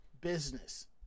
business